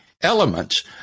elements